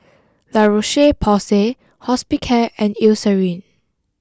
La Roche Porsay Hospicare and Eucerin